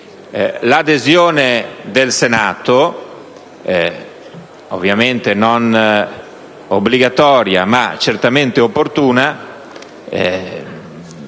L'adesione del Senato, ovviamente non obbligatoria ma certamente opportuna,